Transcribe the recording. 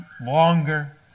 longer